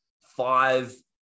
five